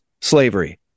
slavery